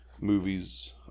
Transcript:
movies